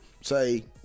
Say